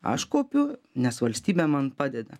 aš kaupiu nes valstybė man padeda